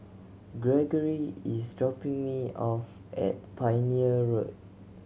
Gregory is dropping me off at Pioneer Road